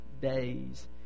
days